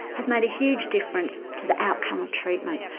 has made a huge difference to the outcome of treatment.